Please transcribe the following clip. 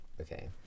Okay